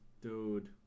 dude